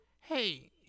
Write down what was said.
Hey